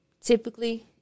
typically